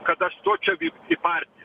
kad aš stočiau į partiją